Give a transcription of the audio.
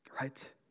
right